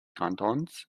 kantons